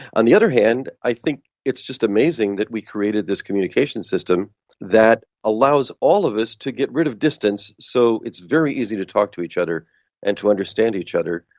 on the other hand i think it's just amazing that we created this communication system that allows all of us to get rid of distance so it's very easy to talk to each other and to understand each other,